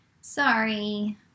Sorry